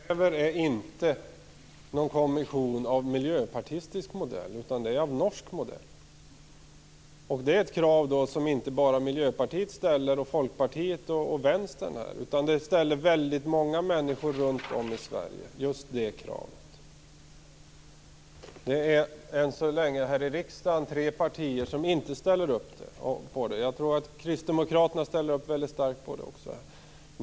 Fru talman! Det vi kräver är inte någon kommission av miljöpartistisk modell, utan av norsk modell. Det är ett krav som inte bara Miljöpartiet, Folkpartiet och Vänstern ställer. Just det kravet ställer väldigt många människor runt om i Sverige. Det är än så länge här i riksdagen tre partier som inte ställer upp på detta. Jag tror att Kristdemokraterna också ställer upp mycket starkt på det.